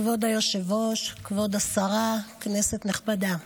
כבוד היושב-ראש, כבוד השרה, כנסת נכבדה,